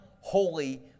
holy